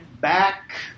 back